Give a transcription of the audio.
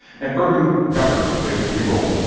and urban governance plays a key role.